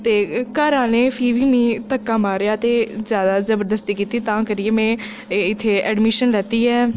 ते घर आह्लें फ्ही बी मिगी धक्का मारेआ ते जैदा जबरदस्ती कीती तां करियै में इत्थै ऐडमिशन लैती ऐ